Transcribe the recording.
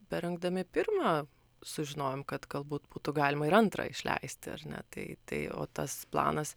berengdami pirmą sužinojom kad galbūt būtų galima ir antrą išleisti ar ne tai tai o tas planas